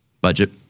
budget